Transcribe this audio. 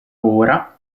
ora